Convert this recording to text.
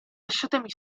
lasciatemi